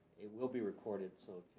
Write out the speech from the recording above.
it will be recorded, so